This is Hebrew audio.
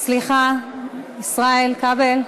סליחה, ישראל, כבל,